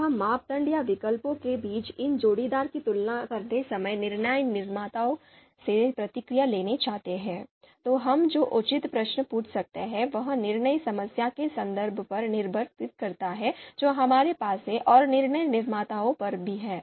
जब हम मापदंड या विकल्पों के बीच इन जोड़ीदार की तुलना करते समय निर्णय निर्माताओं से प्रतिक्रियाएं लेना चाहते हैं तो हम जो उचित प्रश्न पूछ सकते हैं वह निर्णय समस्या के संदर्भ पर निर्भर करता है जो हमारे पास है और निर्णय निर्माताओं पर भी है